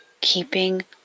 Keeping